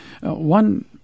One